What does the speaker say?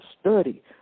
study